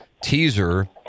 teaser